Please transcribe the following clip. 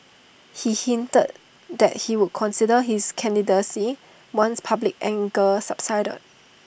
he hinted that he would consider his candidacy once public anger subsided